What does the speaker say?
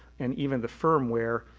and even the firmware,